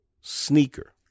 sneaker